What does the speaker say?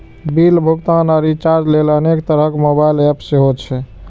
bill भुगतान आ recharge लेल अनेक तरहक मोबाइल एप सेहो छै